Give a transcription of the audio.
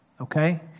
Okay